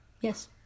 yes